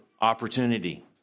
opportunity